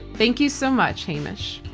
thank you so much, hamish.